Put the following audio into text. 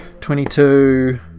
twenty-two